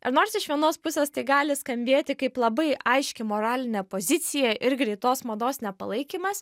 ir nors iš vienos pusės tai gali skambėti kaip labai aiški moralinė pozicija ir greitos mados nepalaikymas